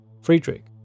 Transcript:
Friedrich